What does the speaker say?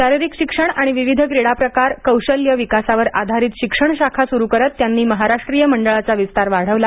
शारीरिक शिक्षण आणि विविध क्रीडा प्रकार कौशल्य विकासावर आधारित शिक्षण शाखा सुरू करत त्यांनी महाराष्ट्रीय मंडळाचा विस्तार वाढवला